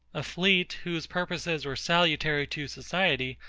a fleet, whose purposes were salutary to society,